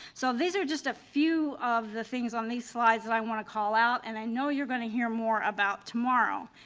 so these are just a few of the things on these slides that i want to call out and i know you're going on hear more about tomorrow.